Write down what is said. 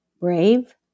brave